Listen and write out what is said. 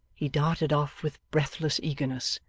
he darted off with breathless eagerness,